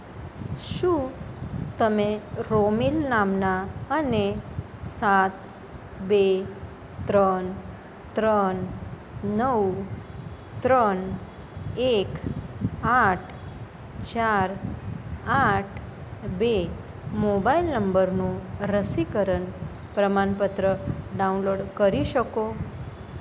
શું તમે રોમેલ નામના અને સાત બે ત્રણ ત્રણ નવ ત્રન એક આઠ ચાર આઠ બે મોબાઈલ નંબરનું રસીકરણ પ્રમાણપત્ર ડાઉનલોડ કરી શકો